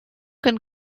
can